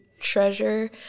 treasure